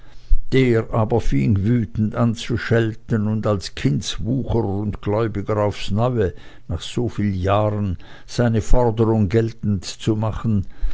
der aber fing wütend an zu schelten und als kindswucherer und gläubiger aufs neue nach so viel jahren seine forderung geltend zu machen